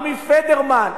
עמי פדרמן,